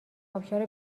ابشار